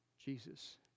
Jesus